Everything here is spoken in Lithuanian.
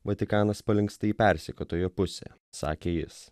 vatikanas palinksta į persekiotojo pusę sakė jis